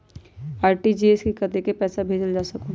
RTGS से कतेक पैसा भेजल जा सकहु???